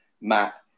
Matt